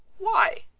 why?